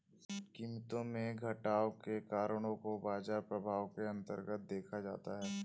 कीमतों में घटाव के कारणों को बाजार प्रभाव के अन्तर्गत देखा जाता है